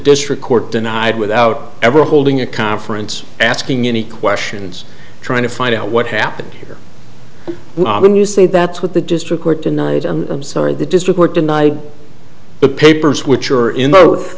district court denied without ever holding a conference asking any questions trying to find out what happened here when you say that's what the district court denied and i'm sorry the district were denied the papers which are in